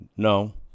No